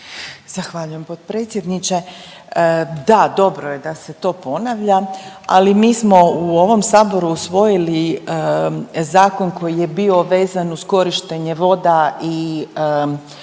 Zahvaljujem potpredsjedniče. Da, dobro je da se to ponavlja. Ali mi smo u ovom Saboru usvojili zakon koji je bio vezan uz korištenje voda i